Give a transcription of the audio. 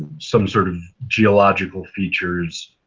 some sort of geological features